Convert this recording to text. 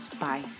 Bye